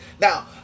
Now